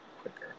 quicker